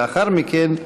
לאחר מכן,